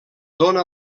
dóna